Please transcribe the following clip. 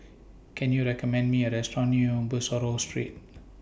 Can YOU recommend Me A Restaurant near Bussorah Street